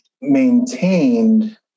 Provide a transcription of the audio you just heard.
maintained